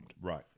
Right